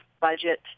budget